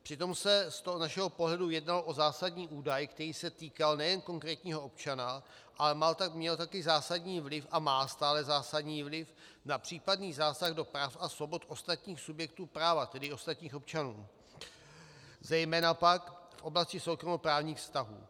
Přitom se z toho našeho pohledu jednalo o zásadní údaj, který se týkal nejen konkrétního občana, ale měl také zásadní vliv a má stále zásadní vliv na případný zásah do práv a svobod ostatních subjektů práva, tedy ostatních občanů, zejména pak v oblasti soukromoprávních vztahů.